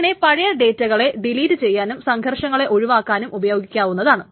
അതിനെ പഴയ ഡേറ്റകളെ ഡിലീറ്റ് ചെയ്യാനും സംഘർഷങ്ങളെ ഒഴിവാക്കുവാനും ഉപയോഗിക്കാവുന്നതാണ്